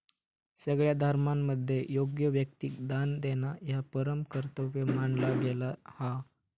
सगळ्या धर्मांमध्ये योग्य व्यक्तिक दान देणा ह्या परम कर्तव्य मानला गेला हा